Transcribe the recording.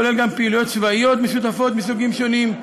הכולל גם פעילויות צבאיות משותפות מסוגים שונים,